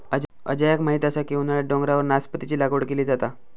अजयाक माहीत असा की उन्हाळ्यात डोंगरावर नासपतीची लागवड केली जाता